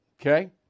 okay